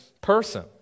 person